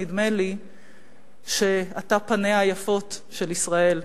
נדמה לי שאתה פניה היפות של ישראל.